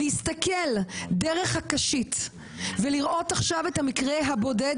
להסתכל דרך הקשית ולראות עכשיו את המקרה הבודד